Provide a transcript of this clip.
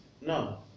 No